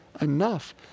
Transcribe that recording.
enough